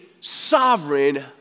sovereign